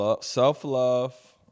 self-love